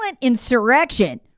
insurrection